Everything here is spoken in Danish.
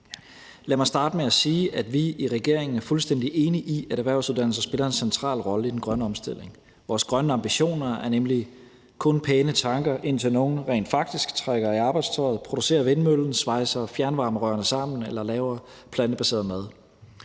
Lad mig starte med at sige, at vi i regeringen er fuldstændig enige i, at erhvervsuddannelserne spiller en central rolle i den grønne omstilling. Vores grønne ambitioner er nemlig kun pæne tanker, indtil nogle rent faktisk trækker i arbejdstøjet, producerer vindmøllen, svejser fjernvarmerørene sammen eller laver plantebaseret mad.